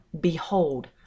Behold